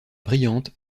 brillante